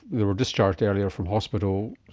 they were discharged earlier from hospital,